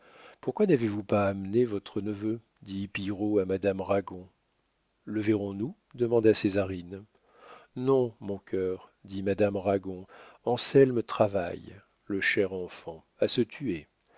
pourquoi n'avez-vous pas amené votre neveu dit pillerault à madame ragon le verrons-nous demanda césarine non mon cœur dit madame ragon anselme travaille le cher enfant à se tuer